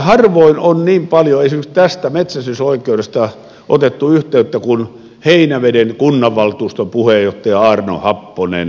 harvoin on niin paljon esimerkiksi tästä metsästysoikeudesta otettu yhteyttä kuin heinäveden kunnanvaltuuston puheenjohtaja aarno happonen